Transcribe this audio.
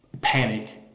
panic